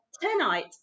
tonight